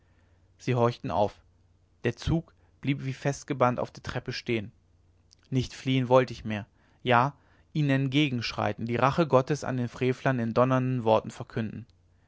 sie horchten auf der zug blieb wie festgebannt auf der treppe stehen nicht fliehen wollt ich mehr ja ihnen entgegenschreiten die rache gottes an den frevlern in donnernden worten verkündend